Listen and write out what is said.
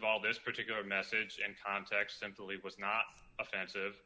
of all this particular message and context simply was not offensive